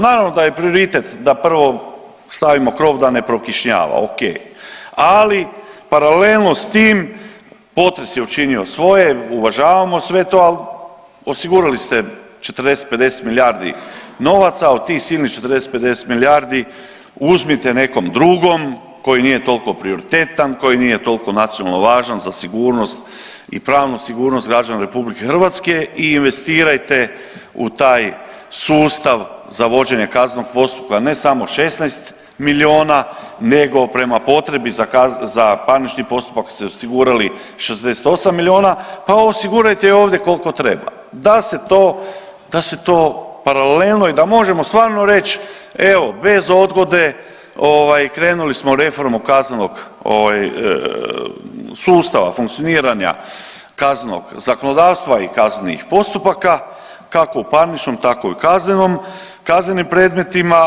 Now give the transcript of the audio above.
Naravno da je prioritet da prvo stavimo krov da ne prokišnjava ok, ali paralelno s tim potres je učinio svoje, uvažavamo sve to, ali osigurali ste 40, 50 milijardi novaca, od tih silnih 40, 50 milijardi uzmite nekom drugom koji nije toliko prioritetan, koji nije toliko nacionalno važan sa sigurnost i pravnu sigurnost građana RH i investirajte u taj sustav za vođenje kaznenog postupka, ne samo 16 miliona nego prema potrebi za parnični postupak ste osigurali 68 miliona, pa osigurajte ovdje koliko treba, da se to, da se to paralelno i da možemo stvarno reći evo bez odgode ovaj krenuli smo u reformu kaznenog ovaj sustava, funkcioniranja kaznenog zakonodavstva i kaznenih postupaka kako u parničnom tako i u kaznenom, kaznenim predmetima.